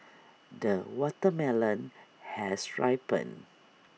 the watermelon has ripened